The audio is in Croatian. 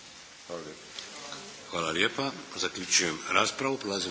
Hvala lijepa. Zaključujem raspravu.